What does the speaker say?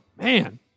Man